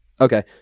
Okay